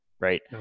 right